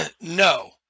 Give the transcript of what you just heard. No